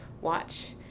watch